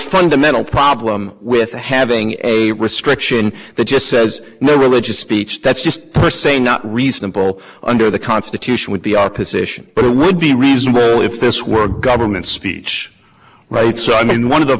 fundamental problem with having a restriction that just says no religious speech that's just first say not reasonable under the constitution would be our position but it would be reasonable if this were a government speech right so i mean one of the